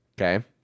Okay